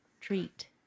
treat